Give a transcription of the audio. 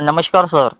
नमस्कार सर